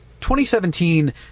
2017